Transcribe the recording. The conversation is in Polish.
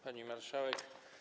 Pani Marszałek!